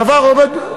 הדבר עומד,